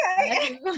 okay